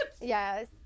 Yes